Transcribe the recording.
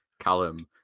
Callum